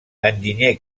enginyer